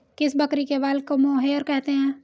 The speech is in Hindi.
किस बकरी के बाल को मोहेयर कहते हैं?